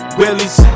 willies